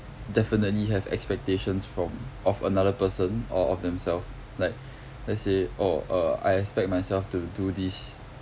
definitely have expectations from of another person or of themselves like let's say oh uh I expect myself to do this